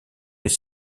est